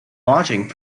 lodging